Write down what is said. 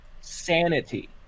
sanity